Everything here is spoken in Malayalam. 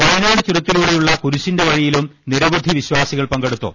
വയനാട് ചുരത്തിലൂടെയുള്ള കുരിശിന്റെ വഴിയിലും നിരവധി വിശ്വാസികൾ പങ്കെടുത്തു